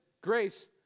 grace